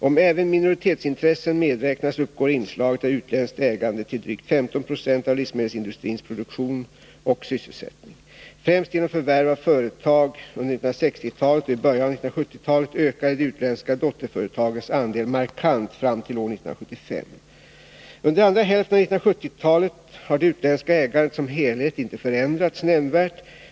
Om även minoritetsintressen medräknas uppgår inslaget av utländskt ägande till drygt 15 90 av livsmedelsindustrins produktion och sysselsättning. Främst genom förvärv av företag under 1960-talet och i början av 1970-talet ökade de utländska dotterföretagens andel markant fram till år 1975. Under andra hälften av 1970-talet har det utländska ägandet som helhet inte förändrats nämnvärt.